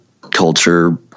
culture